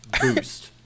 boost